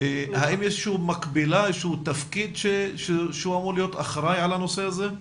האם יש איזשהו תפקיד שהוא אמור להיות אחראי על הנושא הזה?